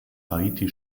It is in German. haiti